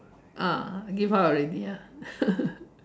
uh give up already ah